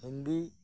Hindi